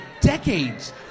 decades